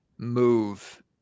move